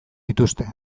dituzte